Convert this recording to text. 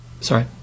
Sorry